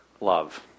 love